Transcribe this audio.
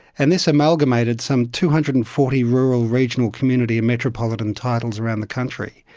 and this amalgamated some two hundred and forty rural regional community and metropolitan titles around the country,